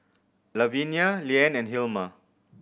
Lavinia Leann and Hilma